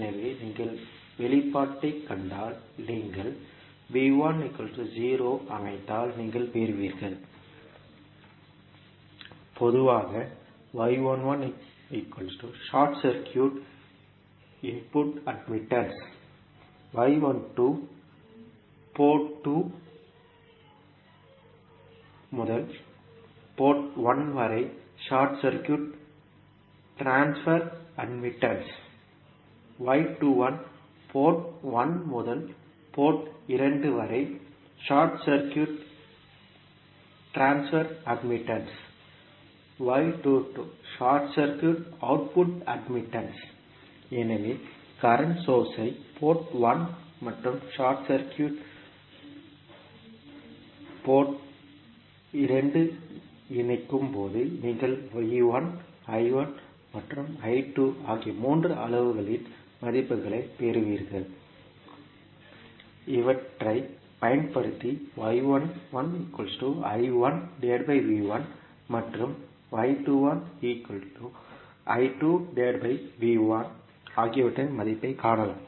எனவே நீங்கள் வெளிப்பாட்டைக் கண்டால் நீங்கள் V1 0 ஐ அமைத்தால் நீங்கள் பெறுவீர்கள் பொதுவாக • y11 short circuit input admittance • y12 port 2 முதல் போர்ட் 1 வரை short circuit transfer admittance • y21 port 1 முதல் போர்ட் 2 வரை short circuit transfer admittance • y22 short circuit output admittance எனவே கரண்ட் சோர்ஸ் ஐ போர்ட் 1 மற்றும் ஷார்ட் சர்க்யூட் போர்ட் 2 இல் இணைக்கும்போது நீங்கள் மற்றும் ஆகிய மூன்று அளவுகளின் மதிப்புகளைப் பெறுவீர்கள் இவற்றைப் பயன்படுத்தி மற்றும் ஆகியவற்றின் மதிப்பைக் காணலாம்